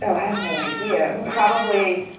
so have no idea. probably,